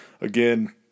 Again